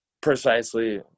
precisely